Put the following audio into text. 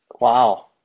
Wow